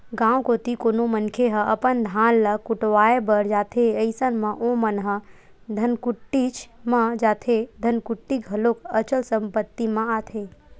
गाँव कोती कोनो मनखे ह अपन धान ल कुटावय बर जाथे अइसन म ओमन ह धनकुट्टीच म जाथे धनकुट्टी घलोक अचल संपत्ति म आथे